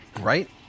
Right